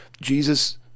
jesus